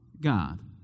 God